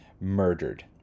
murdered